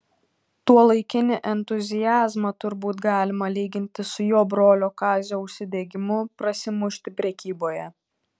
tuolaikinį entuziazmą turbūt galima lyginti su jo brolio kazio užsidegimu prasimušti prekyboje